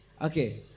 okay